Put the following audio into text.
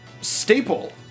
staple